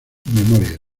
memorias